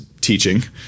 teaching